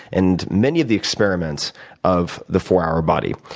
and many of the experiments of, the four hour body.